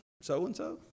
so-and-so